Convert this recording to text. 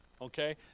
okay